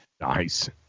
Nice